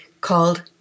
called